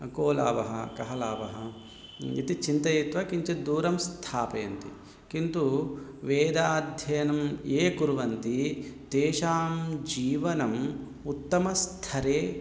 को लाभः कः लाभः इति चिन्तयित्वा किञ्चित् दूरं स्थापयन्ति किन्तु वेदाध्ययनं ये कुर्वन्ति तेषां जीवनम् उत्तमस्थरे